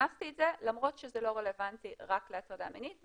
הכנסתי את זה למרות שזה לא רלוונטי רק להטרדה מינית,